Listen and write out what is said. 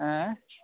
ᱦᱮᱸ